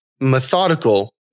methodical